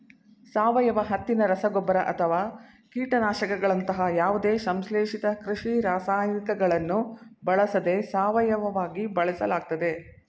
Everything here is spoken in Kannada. ಸಾವಯವ ಹತ್ತಿನ ರಸಗೊಬ್ಬರ ಅಥವಾ ಕೀಟನಾಶಕಗಳಂತಹ ಯಾವುದೇ ಸಂಶ್ಲೇಷಿತ ಕೃಷಿ ರಾಸಾಯನಿಕಗಳನ್ನು ಬಳಸದೆ ಸಾವಯವವಾಗಿ ಬೆಳೆಸಲಾಗ್ತದೆ